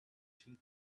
two